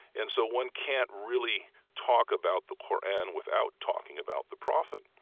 and so one can't really talk about the qur'an without talking about the prophet.